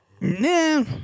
No